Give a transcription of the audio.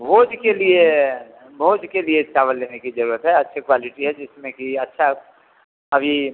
भोज के लिए भोज के लिए चावल लेने की जरूरत है अच्छे क्वालिटी है जिसमें कि अच्छा अभी